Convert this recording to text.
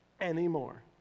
anymore